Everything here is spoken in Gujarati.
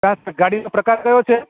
ગાડી નો પ્રકાર કયો છે